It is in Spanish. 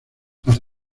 las